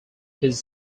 his